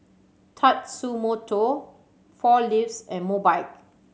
Tatsumoto Four Leaves and Mobike